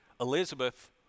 Elizabeth